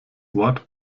wort